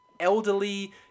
elderly